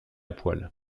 poil